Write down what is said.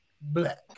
Black